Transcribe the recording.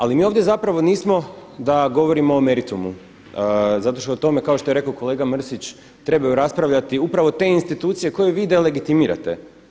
Ali mi ovdje zapravo nismo da govorimo o meritum zato što o tome kao što je rekao kolega Mrsić trebaju raspravljati upravo te institucije koje vi delegitimirate.